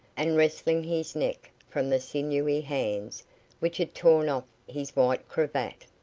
and wresting his neck from the sinewy hands which had torn off his white cravat.